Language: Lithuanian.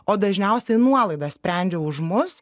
o dažniausiai nuolaida sprendžia už mus